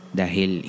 dahil